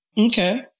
Okay